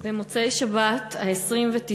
במוצאי-שבת, 29 ביוני,